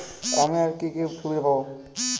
আমি আর কি কি সুবিধা পাব?